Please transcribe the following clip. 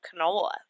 canola